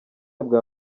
bwa